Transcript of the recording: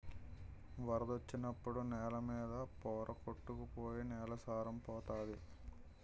వరదొచ్చినప్పుడు నేల మీద పోర కొట్టుకు పోయి నేల సారం పోతంది